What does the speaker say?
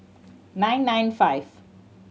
nine nine five